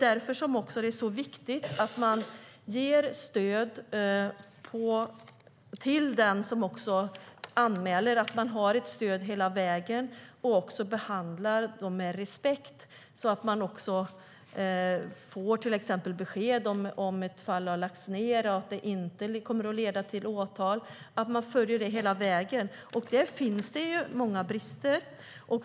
Därför är det så viktigt att man ger stöd till dem som anmäler. Dessa kvinnor ska ha ett stöd hela vägen, och de ska behandlas med respekt. De ska också få besked om ett fall har lagts ned och inte kommer att leda till åtal. Man måste följa detta hela vägen. Där finns det många brister.